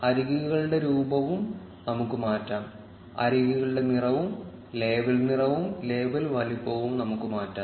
അരികുകളുടെ രൂപവും നമുക്ക് മാറ്റാം അരികുകളുടെ നിറവും ലേബൽ നിറവും ലേബൽ വലുപ്പവും നമുക്ക് മാറ്റാം